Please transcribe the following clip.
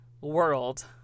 World